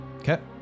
okay